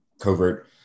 covert